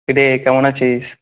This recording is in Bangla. কি রে কেমন আছিস